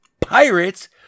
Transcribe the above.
Pirates